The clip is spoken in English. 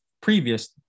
previous